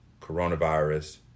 coronavirus